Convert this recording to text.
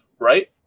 Right